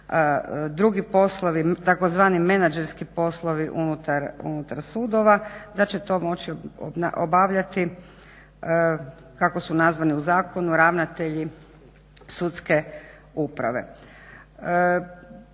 drugi poslovi, tzv. menadžerski poslovi unutar sudova, da će to moći obavljati kako su nazvani u zakonu ravnatelji sudske uprave.